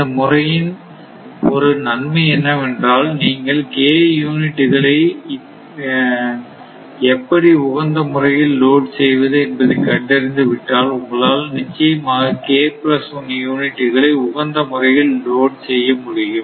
இந்த முறையின் ஒரு நன்மை என்னவென்றால் நீங்கள் k யூனிட்டுகளை எப்படி உகந்த முறையில் லோட் செய்வது என்பதை கண்டறிந்து விட்டால் உங்களால் நிச்சயமாக k1 யூனிட்டுகளை உகந்த முறையில் லோட் செய்ய முடியும்